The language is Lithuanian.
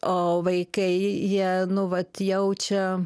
o vaikai jie nu vat jaučia